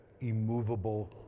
immovable